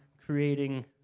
creating